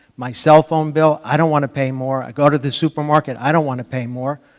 my cell phone bill, i don't want to pay more. i go to the supermarket, i don't want to pay more.